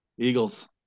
Eagles